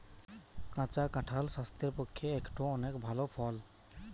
কাঁচা কাঁঠাল স্বাস্থ্যের পক্ষে একটো অনেক ভাল ফল